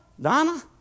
Donna